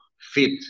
fit